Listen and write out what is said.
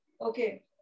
okay